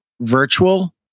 virtual